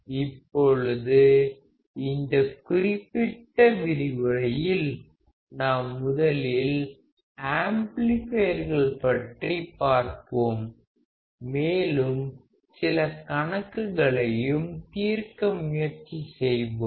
இப்பொழுது இந்த குறிப்பிட்ட விரிவுரையில் நாம் முதலில் ஆம்ப்ளிபயர்கள் பற்றி பார்ப்போம் மேலும் சில கணக்குகளையும் தீர்க்க முயற்சி செய்வோம்